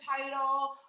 title